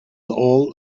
all